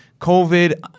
COVID